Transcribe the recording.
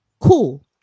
cool